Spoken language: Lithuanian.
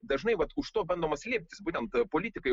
dažnai vat už to bandoma slėptis būtent politikai